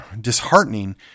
disheartening